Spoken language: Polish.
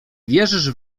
wierzysz